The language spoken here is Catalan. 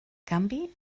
canvi